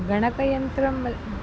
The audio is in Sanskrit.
गणकयन्त्रम्